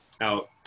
out